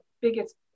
biggest